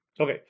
Okay